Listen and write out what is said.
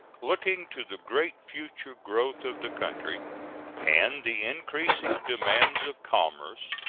looking to the great future growth of the country and the increasing demands of commerce,